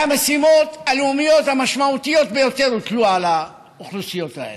המשימות הלאומיות המשמעותיות ביותר הוטלו על האוכלוסיות האלה,